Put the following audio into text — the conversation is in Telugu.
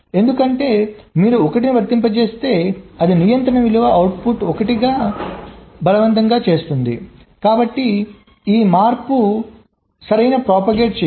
ఎందుకంటే మీరు 1 ను వర్తింపజేస్తే అది నియంత్రణ విలువను అవుట్పుట్ 1 గా బలవంతం చేస్తుంది కాబట్టి ఈ మార్పు సరైనప్రొపాగేట్ చేయదు